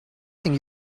think